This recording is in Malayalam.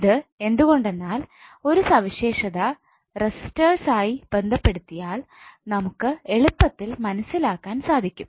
ഇത് എന്തുകൊണ്ടെന്നാൽ ഒരു സവിശേഷത റസിസ്റ്റേഴ്സായി ബന്ധപ്പെടുത്തിയാൽ നമുക്ക് എളുപ്പത്തിൽ മനസ്സിലാക്കാൻ സാധിക്കും